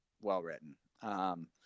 well-written